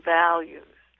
values